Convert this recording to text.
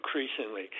increasingly